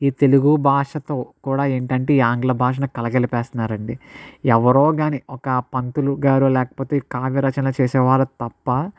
ఈ తెలుగు భాషతో కూడా ఏంటి అంటే ఈ ఆంగ్ల భాషను కలగలిపేస్తున్నారు అండి ఎవరో కానీ ఒక పంతులుగారు లేకపోతే కావ్య రచనలు చేసేవారు తప్ప